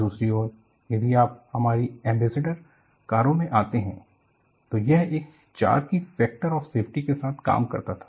दूसरी ओर यदि आप हमारी एंबेसडर कारों में आते हैं तो यह 4 की फैक्टर ऑफ सेफ्टी के साथ काम करता था